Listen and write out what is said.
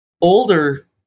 older